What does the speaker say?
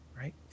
right